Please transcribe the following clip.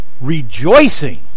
rejoicing